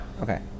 Okay